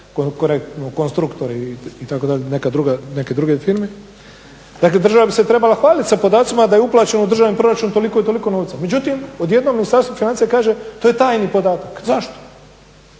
konstruktori itd. neka druga, neke druge firme. Dakle, država bi se trebala hvaliti sa podacima da je uplaćeno u državni proračun toliko i toliko novca, međutim od jednom je Ministarstvo financija kaže to je tajni podatak, zašto,